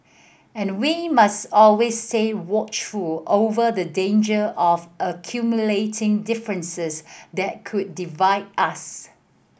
and we must always say watchful over the danger of accumulating differences that could divide us